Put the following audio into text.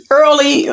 early